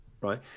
Right